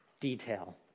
detail